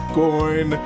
coin